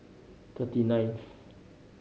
thirty ninth